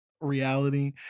Reality